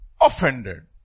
offended